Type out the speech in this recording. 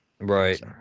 Right